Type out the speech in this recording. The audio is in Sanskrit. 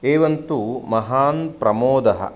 एवं तु महान् प्रमोदः